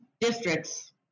districts